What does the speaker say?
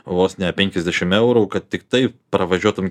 vos ne penkiasdešimt eurų kad tiktai pravažiuotum